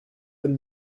and